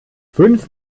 fünf